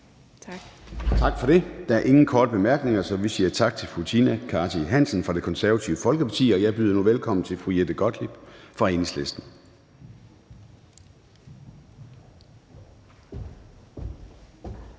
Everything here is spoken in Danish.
Tak for det. Der er ingen korte bemærkninger, så vi siger tak til fru Tina Cartey Hansen fra Det Konservative Folkeparti, og jeg byder nu velkommen til fru Trine Pertou Mach fra Enhedslisten.